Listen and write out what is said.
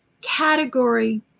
category